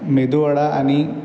मेदूवडा आणि